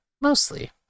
Mostly